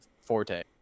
forte